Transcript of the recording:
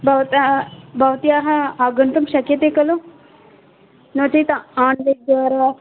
भवता भवत्याः आगन्तुं शक्यते खलु नो चेत् आन्लैन् द्वारा